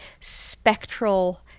spectral